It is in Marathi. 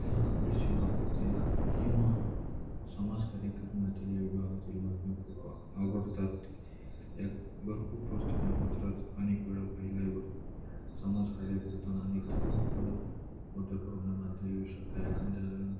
मला पुरुष विभागातील किंवा समाजकार्य करण्यातल्या विभागातील बातम्या खूप आवडतात या भरपूर परत वर्तमानपत्रात अनेकवेळा पहिल्यावर समाजकार्य करताना अनेक तरुण पुढं मोठ्या प्रमाणात येऊ शकत एखाद्या